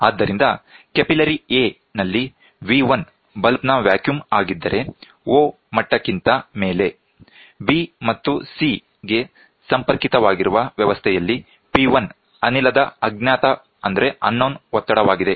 ಆದ್ದರಿಂದ capillary A ನಲ್ಲಿ V1 bulb ನ ವ್ಯಾಕ್ಯೂಮ್ ಆಗಿದ್ದರೆ O ಮಟ್ಟಕ್ಕಿಂತ ಮೇಲೆ B ಮತ್ತು C ಗೆ ಸಂಪರ್ಕಿತವಾಗಿರುವ ವ್ಯವಸ್ಥೆಯಲ್ಲಿ P1 ಅನಿಲದ ಅಜ್ಞಾತ ಒತ್ತಡವಾಗಿದೆ